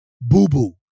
boo-boo